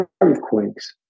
Earthquakes